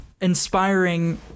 inspiring